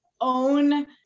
own